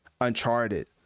Uncharted